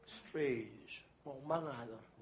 strange